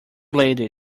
lady